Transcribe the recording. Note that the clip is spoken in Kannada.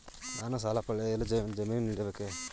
ನಾನು ಸಾಲ ಪಡೆಯಲು ಜಾಮೀನು ನೀಡಬೇಕೇ?